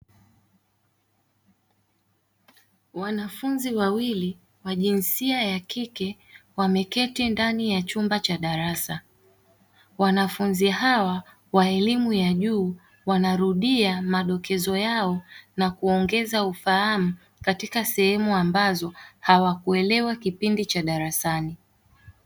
Wanafunzi wawili wa jinsia ya kike wameketi ndani ya chumba cha darasa. Wanafunzi hawa wa elimu ya juu wanarudia madokezo yao na kuongeza ufahamu katika sehemu ambazo hawakuelewa kipindi cha darasani.